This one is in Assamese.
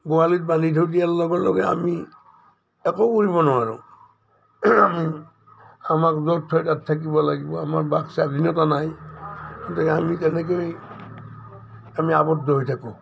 গোহালিত বান্ধি থৈ দিয়াৰ লগে লগে আমি একো কৰিব নোৱাৰোঁ আমাক য'ত থয় তাত থাকিব লাগিব আমাৰ বাকস্বাধীনতা নাই গতিকে আমি তেনেকৈ আমি আৱদ্ধ হৈ থাকোঁ